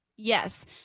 Yes